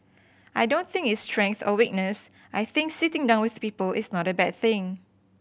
I don't think it's strength or weakness I think sitting down with people is not a bad thing